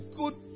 good